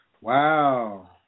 wow